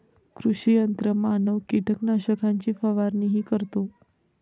कृषी यंत्रमानव कीटकनाशकांची फवारणीही करतो